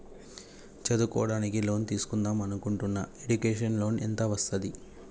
చదువుకోవడానికి లోన్ తీస్కుందాం అనుకుంటున్నా ఎడ్యుకేషన్ లోన్ ఎంత వస్తది?